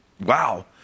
Wow